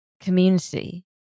community